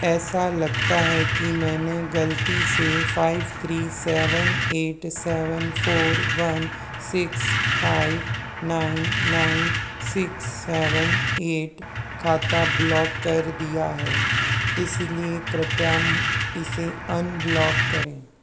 ऐसा लगता है कि मैंने गलती से five three seven eight seven four one six five nine nine six seven eight खाता ब्लॉक कर दिया है इसलिए कृपया इसे अनब्लॉक करें